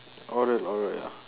oral oral ya